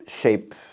shape